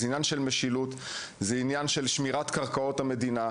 זה עניין של שמירה על קרקעות המדינה.